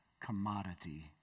commodity